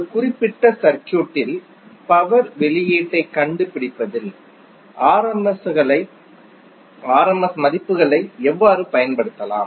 ஒரு குறிப்பிட்ட சர்க்யூட்டில் பவர் வெளியீட்டைக் கண்டுபிடிப்பதில் RMS மதிப்புகளை எவ்வாறு பயன்படுத்தலாம்